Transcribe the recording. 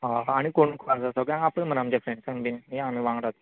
हय आनी कोण कोण आसा सगळ्यांक आपय मरे आमच्या फ्रॅन्डसांक बी या आमी वांगडात